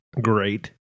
great